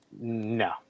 no